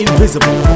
Invisible